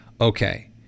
okay